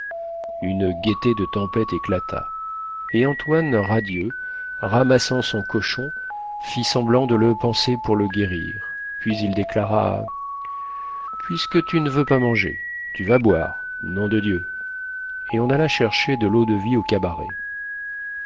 une gaieté de tempête éclata et antoine radieux ramassant son cochon fit semblant de le panser pour le guérir puis il déclara puisque tu n'veux pas manger tu vas boire nom de dieu et on alla chercher de l'eau-de-vie au cabaret